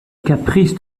caprice